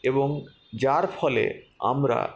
এবং যার ফলে আমরা